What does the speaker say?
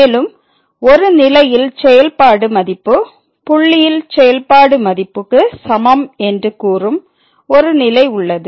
மேலும் ஒரு நிலையில் செயல்பாடு மதிப்பு புள்ளியில் செயல்பாடு மதிப்பு க்கு சமம் என்று கூறும் ஒரு நிலை உள்ளது